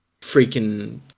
freaking